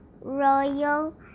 royal